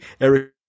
Eric